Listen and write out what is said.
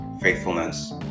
faithfulness